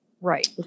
Right